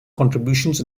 contributions